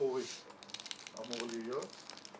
חורי אמור להיות.